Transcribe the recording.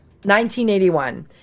1981